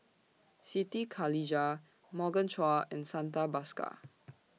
Siti Khalijah Morgan Chua and Santha Bhaskar